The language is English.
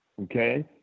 okay